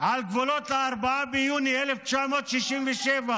על גבולות 4 ביוני 1967. בחלומות שלכם.